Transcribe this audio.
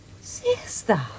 sister